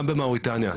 גם במאוריטניה,